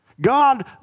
God